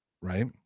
right